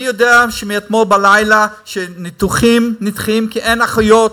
אני יודע שמאתמול בלילה ניתוחים נדחים כי אין אחיות.